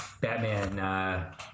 Batman